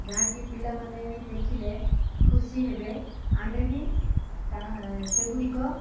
ଯାହାକି ପିଲାମାନେ ବି ଦେଖିଲେ ଖୁସି ହେବେ ଆମେ ବି ତାହା ସେଗୁଡ଼ିକ